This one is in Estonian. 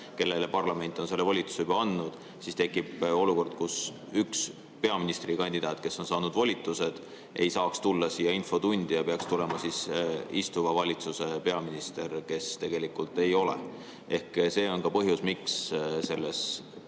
kellele parlament on selle volituse juba andnud, ja siis tekib olukord, kus üks peaministrikandidaat, kes on saanud volitused, ei saaks tulla siia infotundi, ja siia peaks tulema istuva valitsuse peaminister, kes tegelikult [peaminister] ei ole. Ehk see on ka põhjus, miks selles